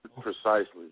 Precisely